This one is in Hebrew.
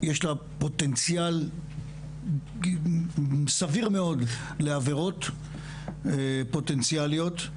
שיש לה פוטנציאל סביר מאוד לעבירות פוטנציאליות,